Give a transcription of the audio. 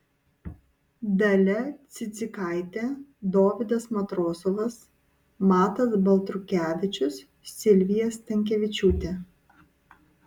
dalia cidzikaitė dovydas matrosovas matas baltrukevičius silvija stankevičiūtė